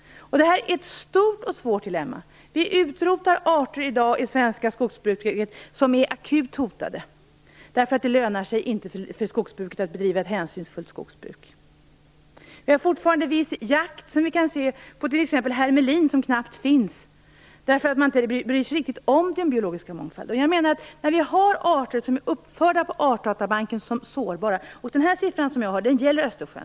Detta är ett stor och svårt dilemma. Det finns i dag arter som är akut hotade av det svenska skogsbruket, eftersom det inte lönar sig att bedriva ett hänsynsfullt skogsbruk. Det pågår fortfarande viss jakt på t.ex. hermelin, som knappt finns, därför att man inte riktigt bryr sig om den biologiska mångfalden. Vi har arter som är uppförda på Den siffra som jag har gäller Östersjön.